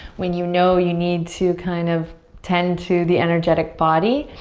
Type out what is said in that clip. when you know you need to kind of tend to the energetic body.